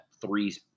three –